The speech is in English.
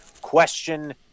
question